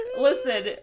Listen